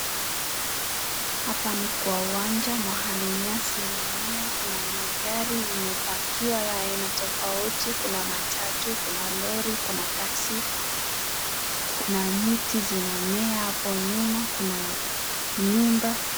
Hapa ni kwa uwanja mahali nyasi inamea. Kuna magari imepakiwa ya aina tofauti, kuna matatu, kuna lori, kuna taxi, kuna miti zinamea hapo nyuma, kuna nyumba.